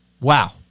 Wow